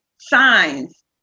signs